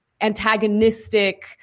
antagonistic